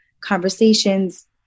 conversations